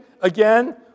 again